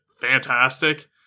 fantastic